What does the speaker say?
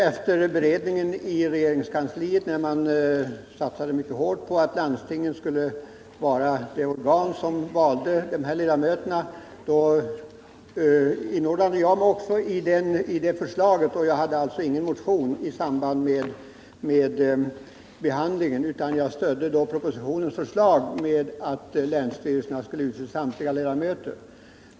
Efter beredningen i regeringskansliet, där man föreslog att det skulle satsas mycket hårt på att landstingen skulle vara de organ som valde ledamöterna, så inordnade jag mig i det förslaget. Jag hade alltså ingen motion i samband med behandlingen, utan jag stödde propositionens förslag om att länsstyrelserna skulle utse samtliga ledamöter.